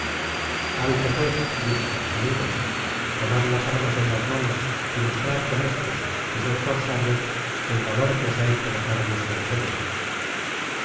alto pues dije amigos tomad las armas en las manos y mostrad con éstos si son cosarios el valor que os ha hecho dejar vuestras redes